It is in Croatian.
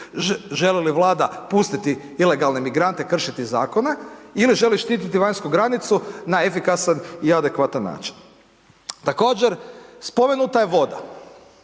želi li Vlada pustiti ilegalne migrante kršiti zakone ili želi štiti vanjsku granicu na efikasan i adekvatan način. Također, spomenuta je voda